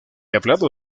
hablado